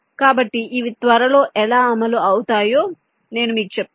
కాబట్టి ఇవి త్వరలో ఎలా అమలు అవుతాయో నేను మీకు చెప్తాను